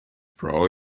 pro